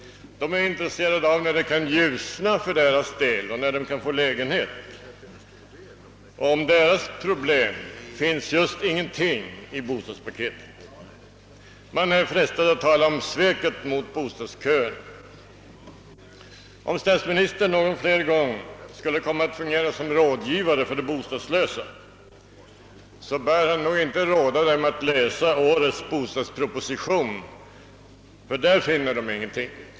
De är intresserade av att veta när det kan ljusna för deras del, när de kan få lägenhet. Om deras problem finns just ingenting i bostadspaketet. Man är frestad att tala om sveket mot bostadsköerna. Om statsministern någon mer gång skulle komma att fungera som rådgivare åt de bostadslösa, så bör han nog inte råda dem att läsa årets bostadsproposition, ty där finner de ingenting.